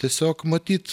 tiesiog matyt